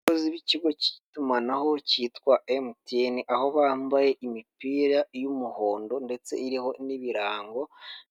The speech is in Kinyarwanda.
Abayobozi b'ikigo cy'itumanaho cyitwa emutiyeni, aho bambaye imipira y'umuhondo ndetse iriho n'ibirango